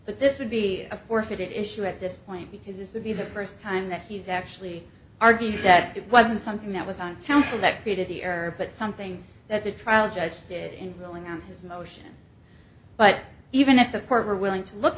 but this would be a forfeited issue at this point because it's the be the first time that he's actually argued that it wasn't something that was on council that created the error but something that the trial judge did in ruling on his motion but even if the court were willing to look